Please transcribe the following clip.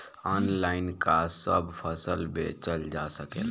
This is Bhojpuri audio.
आनलाइन का सब फसल बेचल जा सकेला?